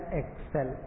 excel